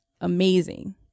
amazing